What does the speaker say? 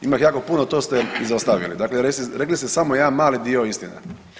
Ima ih jako puno, to ste izostavili, dakle rekli ste samo jedan mali dio istine.